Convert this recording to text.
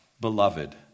Beloved